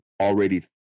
already